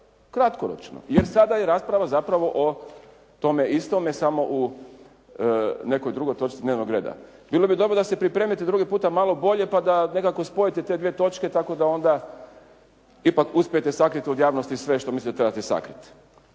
kratkoročno jer sada je rasprava zapravo o tome istome, samo u nekoj drugoj točci dnevnog reda. Bilo bi dobro da se pripremite drugi puta malo bolje pa da nekako spojite te dvije točke tako da onda ipak uspijete sakriti od javnosti sve što mislite da trebate sakriti.